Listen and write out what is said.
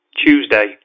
Tuesday